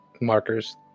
markers